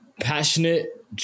Passionate